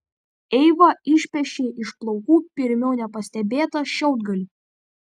eiva išpešė iš plaukų pirmiau nepastebėtą šiaudgalį